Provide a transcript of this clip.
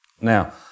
now